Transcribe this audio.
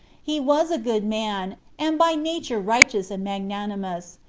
he was a good man, and by nature righteous and magnanimous,